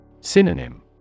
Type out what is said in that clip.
Synonym